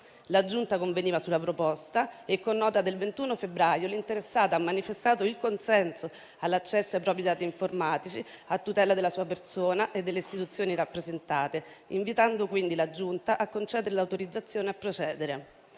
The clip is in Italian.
La Giunta conveniva sulla proposta e, con nota del 21 febbraio, l'interessata ha manifestato il consenso all'accesso ai propri dati informatici a tutela della sua persona e delle istituzioni rappresentate, invitando quindi la Giunta a concedere l'autorizzazione a procedere.